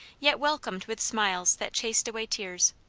yet welcomed with smiles that chased away tears.